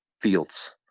fields